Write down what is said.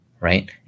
right